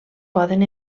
poden